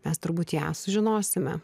mes turbūt ją sužinosime